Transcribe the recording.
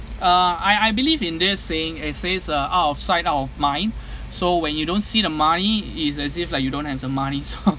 uh I I believe in this saying it says uh out of sight out of mind so when you don't see the money is as if like you don't have the money so